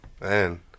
Man